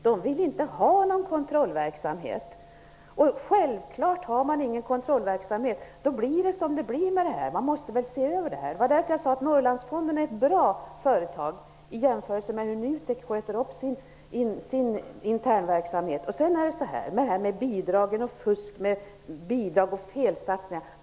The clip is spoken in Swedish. De vill inte ha någon kontrollverksamheten. Har man ingen kontrollverksamhet, då blir det som det blir. Man måste se över det här. Det var därför jag sade att Norrlandsfonden är bra i jämförelse med hur NUTEK sköter sin internverksamhet. Det börjar bli för många exempel på fusk med bidrag och felsatsningar.